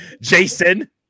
jason